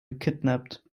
gekidnappt